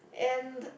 and